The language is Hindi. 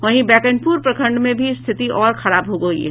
वहीं बैकुंठपुर प्रखंड में भी स्थिति और खराब हो गयी है